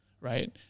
right